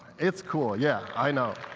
it's cool, yeah, i know.